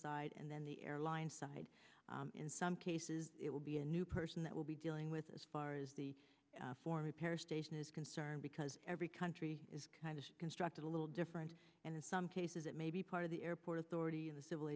side and then the airline side in some cases it will be a new person that will be dealing with as far as the former para station is concerned because every country is kind of constructed a little different and in some cases it may be part of the airport authority in the civil